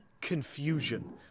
confusion